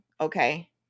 okay